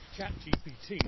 ChatGPT